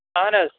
اَہَن حظ